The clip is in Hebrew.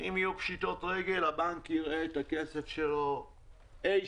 אם יהיו פשיטות רגל הבנק יראה את הכסף שלו אי-שם,